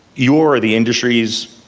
you're the industry's,